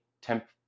temp